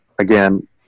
again